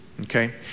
okay